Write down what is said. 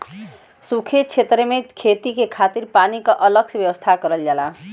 सूखे छेतरो में खेती के खातिर पानी क अलग से व्यवस्था करल जाला